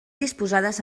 disposades